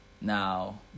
now